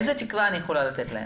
איזו תקווה אני יכולה לתת להם?